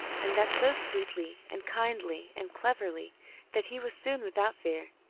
and that so sweetly and kindly and cleverly that he was soon without fear,